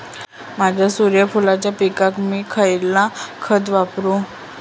माझ्या सूर्यफुलाच्या पिकाक मी खयला खत वापरू?